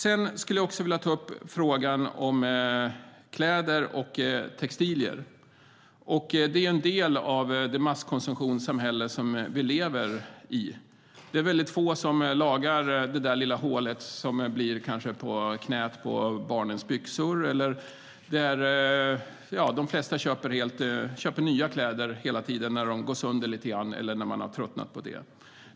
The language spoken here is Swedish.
Sedan skulle jag vilja ta upp frågan om kläder och textilier. Det är en del av det masskonsumtionssamhälle som vi lever i. Det är väldigt få som lagar det lilla hålet som kanske blir på knäet på barnens byxor. De flesta köper nya kläder när de gamla går sönder lite grann eller när man har tröttnat på dem.